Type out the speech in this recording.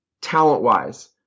talent-wise